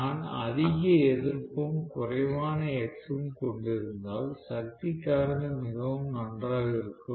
நான் அதிக எதிர்ப்பும் குறைவான X ம் கொண்டிருந்தால் சக்தி காரணி மிகவும் நன்றாக இருக்கும்